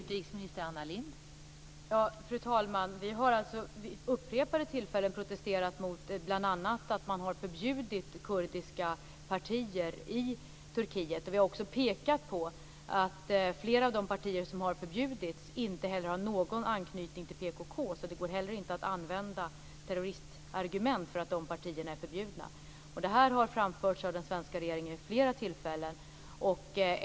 Fru talman! Vi har alltså vid upprepade tillfällen protesterat mot bl.a. att man har förbjudit kurdiska partier i Turkiet. Vi har också pekat på att flera av de partier som har förbjudits inte heller har någon anknytning till PKK. Det går alltså inte att använda terroristargument för att de partierna är förbjudna. Detta har framförts av den svenska regeringen vid flera tillfällen.